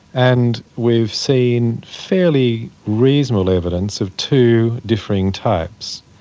and we've seen fairly reasonable evidence of two differing types,